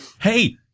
Hey